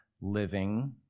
living